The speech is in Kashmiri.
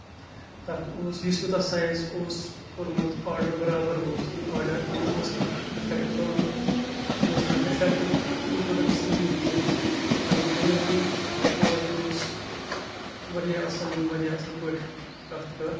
تَتھ اوس یُس مےٚ تتھ سایز اوس کورمُت آردڑ بَرابر ووت سُے آرڈر نہ اوس کانٛہہ ڈِفیکٹ نہ اوس کانٛہہ ڈِفیکٹ بروڈکٹس منٛز نہٕ کیٚنٛہہ ہتا کہِ ڈیلؤری باے تہِ اوس واریاہ اَصٕل ییٚمۍ واریاہ اَصٕل پٲٹھۍ کَتھ کٔر